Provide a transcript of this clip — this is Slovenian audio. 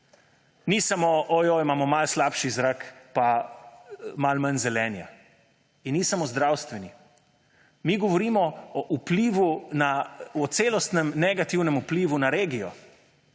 Ni samo, »ojoj, imamo malo slabši zrak, pa malo manj zelenja«. In ni samo zdravstveni. Mi govorimo o celostnem negativnem vplivu na regijo.